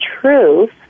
truth